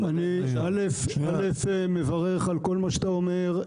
אני מברך על כל מה שאתה אומר.